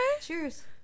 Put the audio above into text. Cheers